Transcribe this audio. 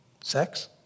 Sex